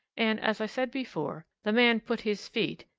and, as i said before, the man put his feet,